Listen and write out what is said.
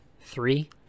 Three